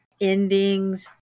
endings